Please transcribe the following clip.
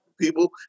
people